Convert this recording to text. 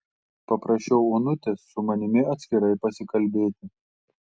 paprašiau onutės su manimi atskirai pasikalbėti